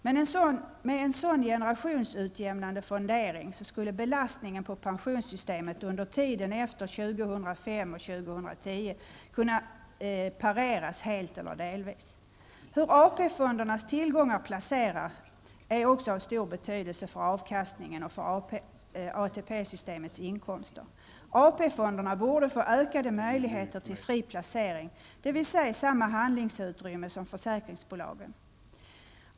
Med en sådan generationsutjämnande fondering skulle belastningen på pensionssystemet efter 2005--2010 kunna pareras helt eller delvis. Hur AP-fondernas tillgångar placeras är också av stor betydelse för avkastningen och för ATP systemets inkomster. AP-fonderna borde få ökade möjligheter till fri placering, dvs. samma handlingsutrymme som försäkringsbolagen.